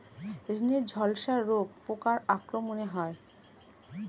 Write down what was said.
ধানের ঝলসা রোগ পোকার আক্রমণে হয়?